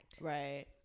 right